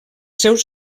seus